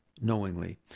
knowingly